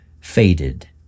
faded